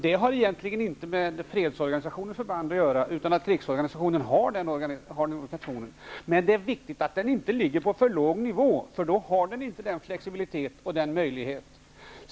Det har egentligen inte med fredsorganisationen av förbanden att göra, utan med att krigsorganisationen har den organisationen. Det är viktigt att den inte ligger på för låg nivå, för då har den inte denna flexibilitet och denna möjlighet.